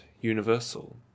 universal